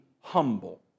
humble